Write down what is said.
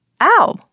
Ow